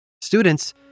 students